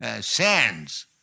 sands